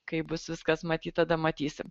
kai bus viskas matyt tada matysim